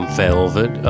velvet